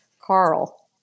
Carl